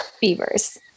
beavers